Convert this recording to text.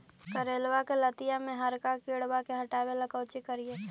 करेलबा के लतिया में हरका किड़बा के हटाबेला कोची करिए?